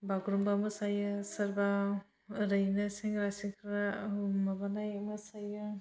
बागुरुमबा मोसायो सोरबा ओरैनो सेंग्रा सिख्ला माबानाय मोसायो